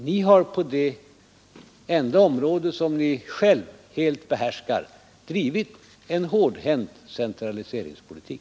Ni har på det enda område som ni själva helt behärskar drivit en hårdhänt centraliseringspolitik.